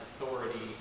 authority